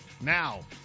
Now